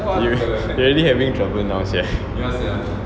you already having trouble now sia